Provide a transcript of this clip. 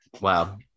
Wow